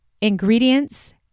ingredients